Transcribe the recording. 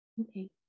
okay